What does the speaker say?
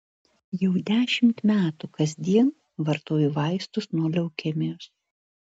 jau dešimt metų kasdien vartoju vaistus nuo leukemijos